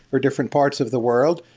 or different parts of the world.